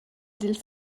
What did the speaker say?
dil